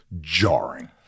jarring